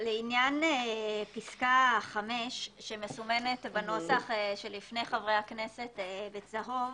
לעניין פסקה (5) שמסומנת בנוסח שלפני חברי הכנסת בצהוב,